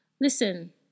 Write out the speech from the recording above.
Listen